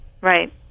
right